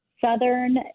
southern